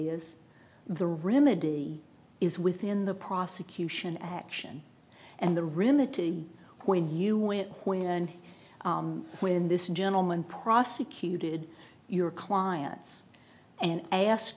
is the remedy is within the prosecution action and the rim a to when you went when when this gentleman prosecuted your clients and ask